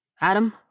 Adam